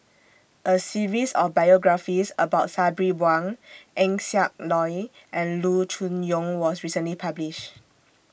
A series of biographies about Sabri Buang Eng Siak Loy and Loo Choon Yong was recently published